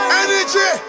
energy